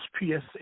PSA